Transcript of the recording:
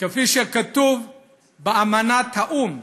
כפי שכתוב באמנת האו"ם,